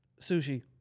sushi